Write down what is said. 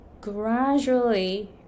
gradually